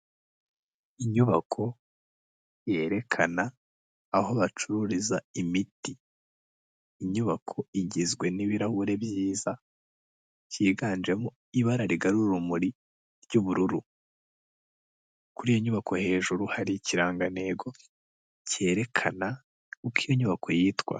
Inyubako yerekana aho bacururiza imiti, inyubako igizwe n'ibirahure byiza byiganjemo ibara rigarura urumuri ry'ubururu, kuri iyo nyubako hejuru hari ikirangantego cyerekana uko iyo nyubako yitwa.